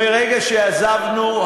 מפלגת יש עתיד,